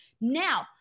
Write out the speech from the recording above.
Now